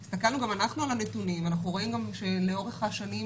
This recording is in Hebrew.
יש דרך לקבל מכם נתונים ולו של שנה אחת של ההבחנה